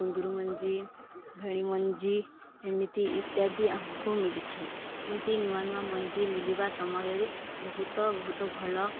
କୁନ୍ଦୁରୁ ମଞ୍ଜି ଫେଣି ମଞ୍ଜି ଏମିତି ଇତ୍ୟାଦି ଆମକୁ ମିଳିଥାଏ ଏମିତି ନୂଆ ନୂଆ ମଞ୍ଜି ମିଳିବା ସମୟରେ ବହୁତ ବହୁତ ଭଲ